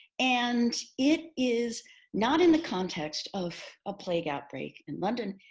and it is not in the context of a plague outbreak in london.